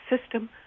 system